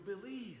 believe